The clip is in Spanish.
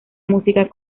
música